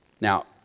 Now